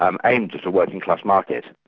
um ah working class market.